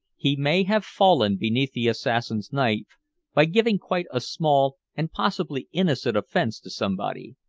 he may have fallen beneath the assassin's knife by giving quite a small and possibly innocent offense to somebody.